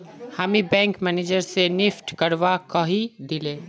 हामी bank manager स NEFT करवा कहइ दिले